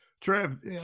Trev